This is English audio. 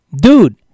Dude